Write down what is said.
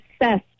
obsessed